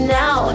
now